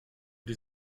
die